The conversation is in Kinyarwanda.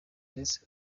ndetse